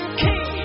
key